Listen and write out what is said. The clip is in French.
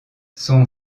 son